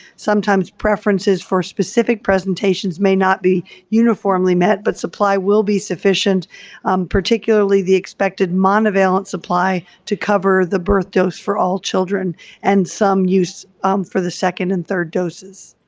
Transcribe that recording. sometimes preferences for specific presentations may not be uniformly met but supply will be sufficient particularly the expected monovalent supply to cover the birth dose for all children and some use for the second and third doses.